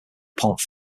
pont